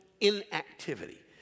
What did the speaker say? inactivity